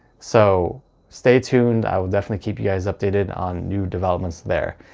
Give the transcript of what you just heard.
so stay tuned i will definitely keep you guys updated on new developments there.